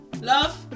love